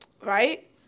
right